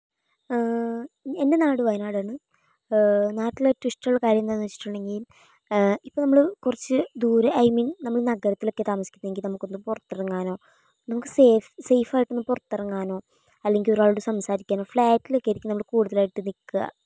എൻ്റെ നാട് വായനാടാണ് നാട്ടിൽ ഏറ്റവും ഇഷ്ടമുള്ള കാര്യം എന്താണെന്നു വച്ചിട്ടുണ്ടെങ്കിൽ ഇപ്പോൾ നമ്മൾ കുറച്ച് ദൂരെ ഐ മീൻ നമ്മൾ നഗരത്തിലൊക്കെ താമസിക്കുന്നതെങ്കിൽ നമുക്കൊന്ന് പുറത്തിറങ്ങാനോ നമുക്ക് സേഫ് സേഫായിട്ട് ഒന്ന് പുറത്തിറങ്ങാനോ അല്ലെങ്കിൽ ഒരാളോട് സംസാരിക്കാനോ ഫ്ലാറ്റിലൊക്കെ ആയിരിക്കും നമ്മൾ കൂടുതലായിട്ടും നിൽക്കുക